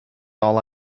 all